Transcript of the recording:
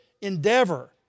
endeavor